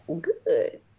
good